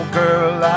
girl